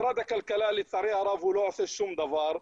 משרד הכלכלה, לצערי הרב, לא עושה שום דבר.